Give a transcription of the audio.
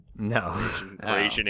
no